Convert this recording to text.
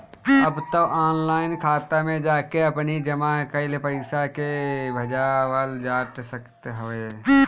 अब तअ ऑनलाइन खाता में जाके आपनी जमा कईल पईसा के भजावल जा सकत हवे